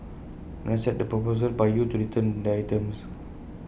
not accept the proposal by you to return the items